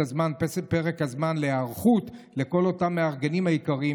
פרק הזמן להיערכות לכל אותם מארגנים יקרים,